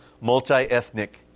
multi-ethnic